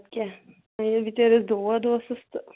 اَدٕ کیٛاہ وۅنۍ ییٚلہِ بِچٲرِس دود اوسُس تہٕ